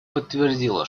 подтвердила